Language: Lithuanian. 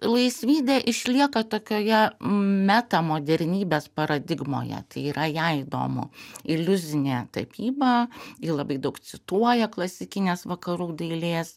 laisvydė išlieka tokioje meta modernybės paradigmoje tai yra jai įdomu iliuzinė tapyba ji labai daug cituoja klasikinės vakarų dailės